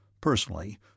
Personally